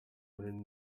munini